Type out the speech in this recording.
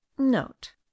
note